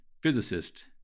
physicist